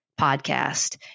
podcast